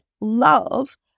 love